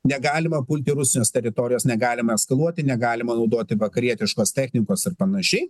negalima pulti rusijos teritorijos negalima eskaluoti negalima naudoti vakarietiškos technikos ir panašiai